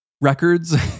records